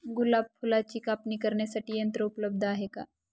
गुलाब फुलाची कापणी करण्यासाठी यंत्र उपलब्ध आहे का?